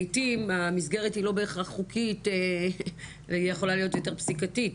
לעיתים המסגרת היא לא בהכרח חוקית והיא יכולה להיות יותר פסיקתית,